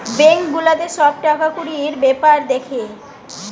bank গুলাতে সব টাকা কুড়ির বেপার দ্যাখে